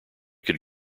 could